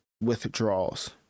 withdrawals